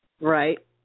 right